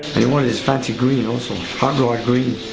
he wanted this fancy green also. hot rod green.